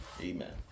amen